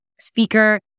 Speaker